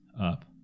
up